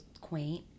quaint